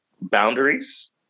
boundaries